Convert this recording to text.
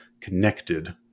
connected